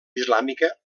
islàmica